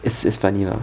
it's it's funny lah